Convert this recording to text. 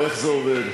או איך זה עובד?